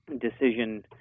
decision